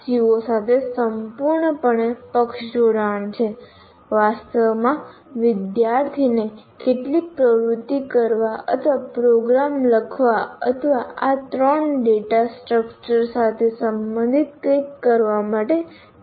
CO સાથે સંપૂર્ણપણે પક્ષ જોડાણ છે વાસ્તવમાં વિદ્યાર્થીને કેટલીક પ્રવૃત્તિ કરવા અથવા પ્રોગ્રામ લખવા અથવા આ ત્રણ ડેટા સ્ટ્રક્ચર્સ સાથે સંબંધિત કંઈક કરવા માટે કહેવું જોઈએ